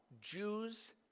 Jews